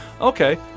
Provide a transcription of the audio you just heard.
Okay